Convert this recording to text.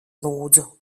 lūdzu